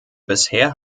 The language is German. bisher